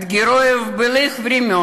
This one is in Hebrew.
(אומרת דברים בשפה הרוסית,